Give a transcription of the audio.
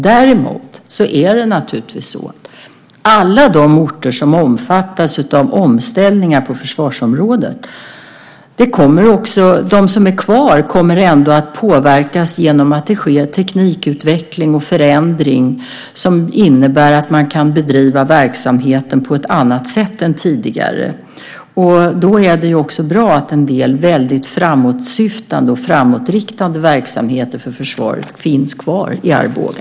Däremot är det naturligtvis så att de orter som omfattas av omställningar på försvarsområdet ändå kommer att påverkas genom att det sker teknikutveckling och förändring, som innebär att man kan bedriva verksamheten på ett annat sätt än tidigare. Då är det också bra att en del väldigt framåtsyftande och framåtriktade verksamheter för försvaret finns kvar i Arboga.